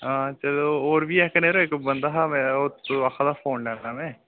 हां चलो होर बी ऐ कन्नै यरो इक बंदा हा मेरा ओह् आखै दा फोन लैना मैं